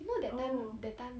you know that time that time